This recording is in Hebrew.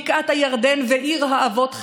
בקעת הירדן ועיר האבות חברון,